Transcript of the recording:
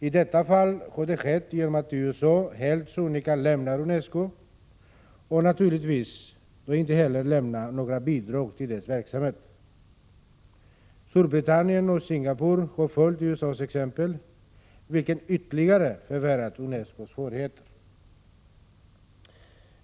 I detta fall har det skett genom att USA helt sonika lämnat UNESCO och naturligtvis då inte heller ger några bidrag till dess verksamhet. Storbritannien och Singapore har följt USA:s exempel, vilket ytterligare förvärrat UNESCO:s svårigheter.